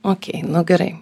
okei nu gerai